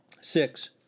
Six